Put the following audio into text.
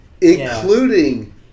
including